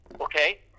okay